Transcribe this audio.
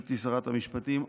גברתי שרת המשפטים,